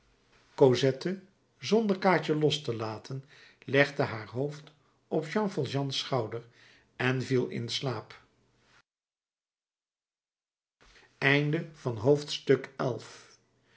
cosette zonder kaatje los te laten legde haar hoofd op jean valjeans schouder en viel in slaap